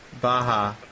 baja